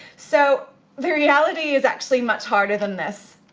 so the reality is actually much harder than this.